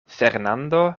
fernando